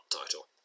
title